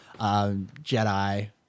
Jedi-